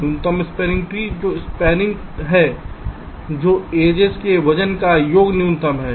न्यूनतम spanning tree है जो स्पैनिंग हैं जो एज के वजन का योग न्यूनतम है